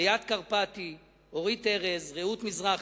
ליאת קרפטי, אורית ארז, רעות מזרחי,